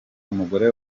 umugore